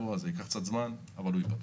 ייקח קצת זמן אבל ננצח את האירוע הזה והוא ייפתר.